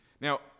Now